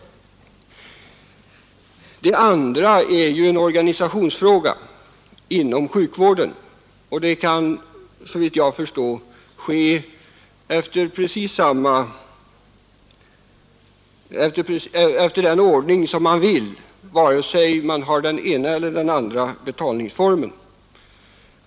I övrigt gäller det ju sjukvårdens organisation, och denna kan såvitt jag förstår läggas upp efter precis samma grunder vare sig man tillämpar den ena eller den andra betalningsformen.